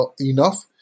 enough